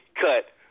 cut